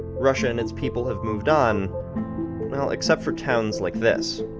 russia and its people have moved on well, except for towns like this.